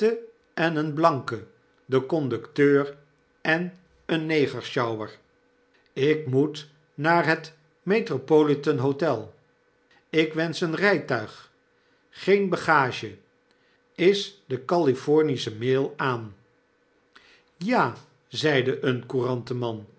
en een blanke de conducteur en een negersjouwer w ik moet naar het metropolitan-hotel ik wensch een rytuig geen bagage is de califomische mail aan ja zeide een courantenman